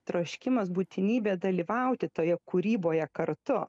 troškimas būtinybė dalyvauti toje kūryboje kartu